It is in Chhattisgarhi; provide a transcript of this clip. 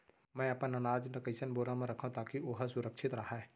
मैं अपन अनाज ला कइसन बोरा म रखव ताकी ओहा सुरक्षित राहय?